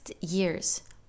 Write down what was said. years